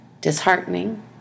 disheartening